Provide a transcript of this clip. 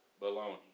bologna